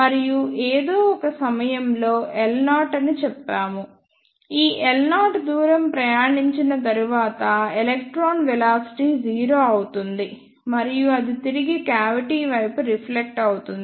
మరియు ఏదో ఒక సమయంలో L0అని చెప్తాము ఈ L0 దూరం ప్రయాణించిన తరువాత ఎలక్ట్రాన్ వెలాసిటీ 0 అవుతుంది మరియు అది తిరిగి క్యావిటీ వైపు రిఫ్లెక్ట్ అవుతుంది